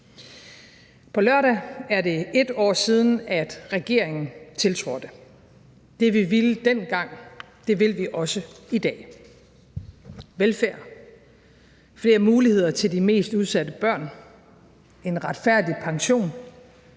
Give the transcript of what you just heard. På lørdag er det 1 år siden, regeringen tiltrådte, og det, vi ville dengang, vil vi også i dag: velfærd, flere muligheder til de mest udsatte børn, en retfærdig pension,